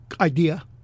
idea